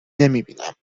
نمیبینم